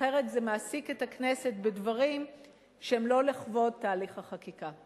אחרת זה מעסיק את הכנסת בדברים שהם לא לכבוד תהליך החקיקה.